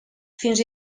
fins